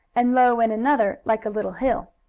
and low in another, like a little hill.